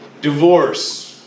Divorce